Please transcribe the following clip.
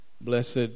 blessed